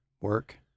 work